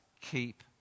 keep